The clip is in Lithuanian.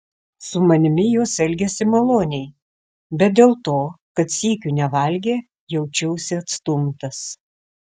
su manimi jos elgėsi maloniai bet dėl to kad sykiu nevalgė jaučiausi atstumtas